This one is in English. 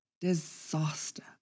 disaster